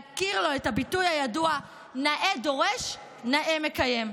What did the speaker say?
להכיר לו את הביטוי הידוע: נאה דורש נאה מקיים.